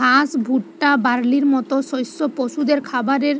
ঘাস, ভুট্টা, বার্লির মত শস্য পশুদের খাবারের